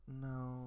No